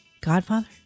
Godfather